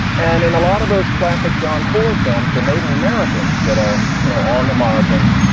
and in a lot of those classic john ford films, the native americans that are you know on the margins,